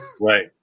Right